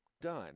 done